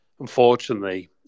Unfortunately